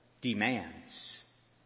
demands